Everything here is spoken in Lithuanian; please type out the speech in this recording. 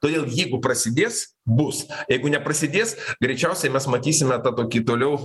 todėl jeigu prasidės bus jeigu neprasidės greičiausiai mes matysime tą tokį toliau